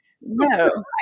No